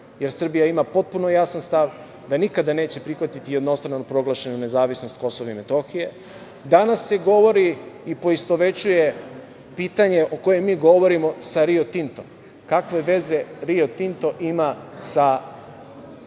jer Srbija ima potpuno jasan stav da nikada neće prihvatiti jednostrano proglašenu nezavisnost Kosova i Metohije. Danas se govori i poistovećuje pitanje o kojem mi govorimo sa Rio Tintom. Kakve veze Rio Tinto ima sa